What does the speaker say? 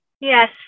Yes